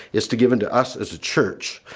is to given to us as a church.